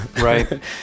right